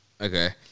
Okay